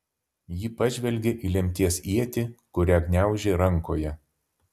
ji pažvelgė į lemties ietį kurią gniaužė rankoje